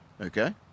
Okay